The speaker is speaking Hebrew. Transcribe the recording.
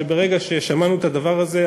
שברגע ששמענו את הדבר הזה,